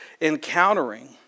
encountering